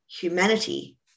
humanity